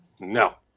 No